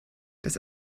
das